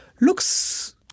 looks